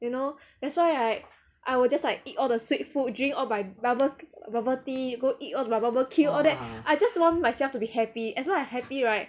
you know that's why right I will just like eat all the sweet food drink all my bubble bubble tea go eat all my barbecue all that I just want myself to be happy as long as I happy right